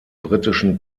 britischen